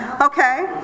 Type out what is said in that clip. okay